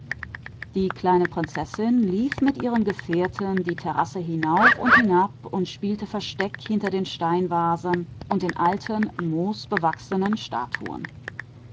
die kleine prinzessin selbst ging mit ihren gespielinnen die terrasse auf und nieder und spielte versteck um die steinernen vasen und die alten moosbewachsenen statuen